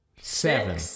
seven